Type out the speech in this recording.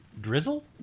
Drizzle